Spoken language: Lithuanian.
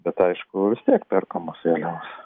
bet aišku vis tiek perkamos vėliavos